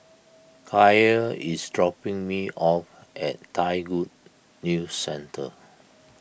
Kaia is dropping me off at Thai Good News Centre